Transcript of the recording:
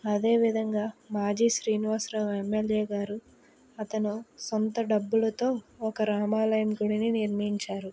అదే విధంగా మాజీ శ్రీనివాసరావు ఎంఎల్ఏ గారు అతను సొంత డబ్బులతో ఒక రామాలయం గుడిని నిర్మించారు